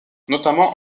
notamment